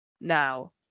Now